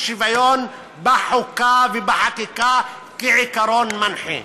שוויון בחוקה ובחקיקה כעיקרון מנחה.